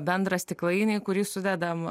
bendrą stiklainį į kurį sudedam